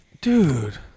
Dude